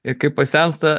ir kai pasensta